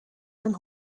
zijn